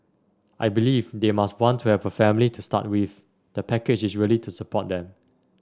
I believe they must want to have a family to start with the package is really to support them